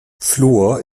fluor